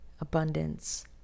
abundance